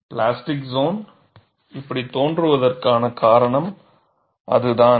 plastic zone இப்படி தோன்றுவதற்கான காரணம் அதுதான்